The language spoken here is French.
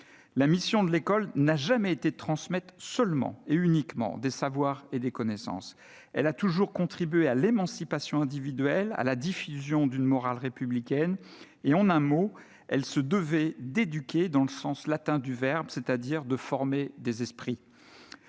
La mission de l'école n'a jamais été de transmettre uniquement des savoirs et des connaissances. Celle-ci a toujours contribué à l'émancipation individuelle, à la diffusion d'une morale républicaine. En un mot, elle se devait d'éduquer, dans le sens latin du verbe, c'est-à-dire de former des esprits.